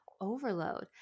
overload